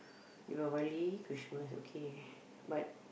Deepavali Christmas okay but